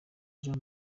jean